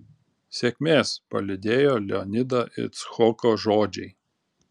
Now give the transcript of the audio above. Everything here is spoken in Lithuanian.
sėkmės palydėjo leonidą icchoko žodžiai